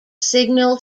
signal